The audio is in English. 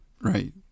right